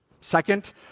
Second